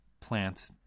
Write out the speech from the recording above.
plant